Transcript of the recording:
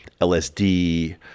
LSD